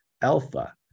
alpha